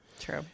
True